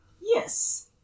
Yes